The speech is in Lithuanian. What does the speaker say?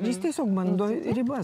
jis tiesiog bando ribas